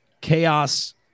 Chaos